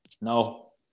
No